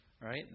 right